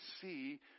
see